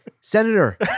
Senator